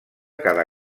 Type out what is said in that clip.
cada